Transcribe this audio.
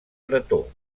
pretor